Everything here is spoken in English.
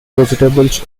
vegetables